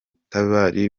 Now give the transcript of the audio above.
tubari